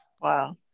Wow